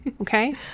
Okay